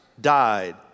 died